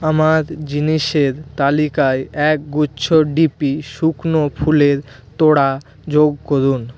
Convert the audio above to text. আমার জিনিসের তালিকায় একগুচ্ছ ডি পি শুকনো ফুলের তোড়া যোগ করুন